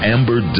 Amber